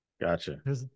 Gotcha